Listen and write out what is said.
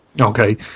okay